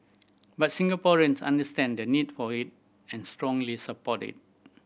but Singaporeans understand the need for it and strongly support it